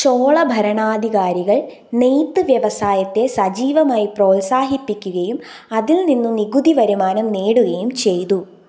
ചോള ഭരണാധികാരികൾ നെയ്ത്ത് വ്യവസായത്തെ സജീവമായി പ്രോത്സാഹിപ്പിക്കുകയും അതിൽ നിന്ന് നികുതി വരുമാനം നേടുകയും ചെയ്തു